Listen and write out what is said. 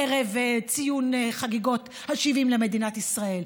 ערב ציון חגיגות ה-70 למדינת ישראל.